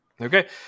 Okay